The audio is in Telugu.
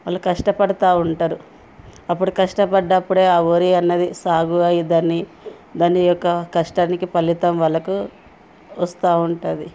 వాళ్ళు కష్టపడుతూ ఉంటారు అప్పుడు కష్టపడ్డప్పుడే ఆ వరి అన్నది సాగు అయ్యిద్దని దాని యొక్క కష్టానికి ఫలితం వాళ్ళకు వస్తు ఉంటుంది